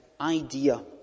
idea